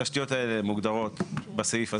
התשתיות האלה מוגדרות בסעיף הזה.